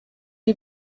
die